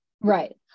right